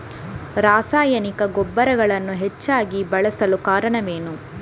ರಾಸಾಯನಿಕ ಗೊಬ್ಬರಗಳನ್ನು ಹೆಚ್ಚಾಗಿ ಬಳಸಲು ಕಾರಣವೇನು?